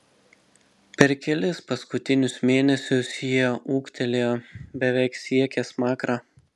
per kelis paskutinius mėnesius jie ūgtelėjo beveik siekė smakrą